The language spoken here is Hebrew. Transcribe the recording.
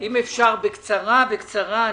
אם אפשר, בקצרה.